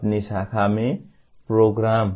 अपनी शाखा में प्रोग्राम